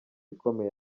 ikomeye